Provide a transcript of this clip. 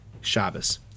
Shabbos